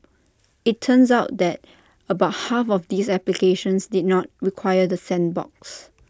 IT turns out that about half of these applications did not require the sandbox